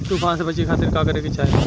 तूफान से बचे खातिर का करे के चाहीं?